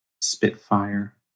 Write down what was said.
Spitfire